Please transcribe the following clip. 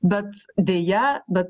bet deja bet